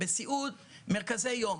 בסיעוד מרכזי יום,